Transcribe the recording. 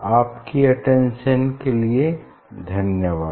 आपकी अटेंशन के लिए धन्यवाद